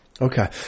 Okay